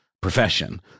profession